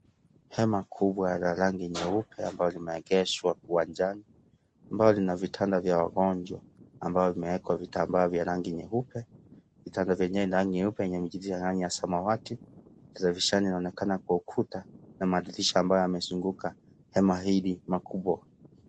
Hema kubwa la rangi nyeupe ambayo limeegeshwa uwanjani, ambayo lina vitanda vya wagonjwa ambayo imewekwa vitambaa vya rangi nyeupe, vitanda vyenyewe ni rangi nyeupe yenye michirizi ya samawati, televisheni inaonekana kwa ukuta na madirisha ambayo yamezunguka hema hili makubwa.